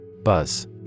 Buzz